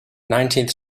nineteenth